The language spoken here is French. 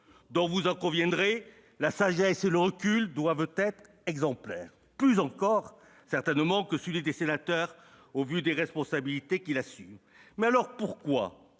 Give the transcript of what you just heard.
dont, vous en conviendrez, la sagesse et le recul doivent être exemplaires, plus encore que, certainement, que ceux des sénateurs, eu égard aux responsabilités qu'il assume. Alors, pourquoi